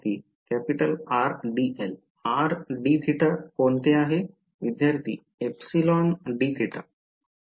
R dl R dθकोणते आहे